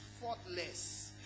faultless